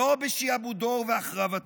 לא בשעבודו ובהחרבתו.